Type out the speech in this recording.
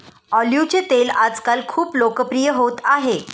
ऑलिव्हचे तेल आजकाल खूप लोकप्रिय होत आहे